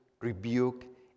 rebuke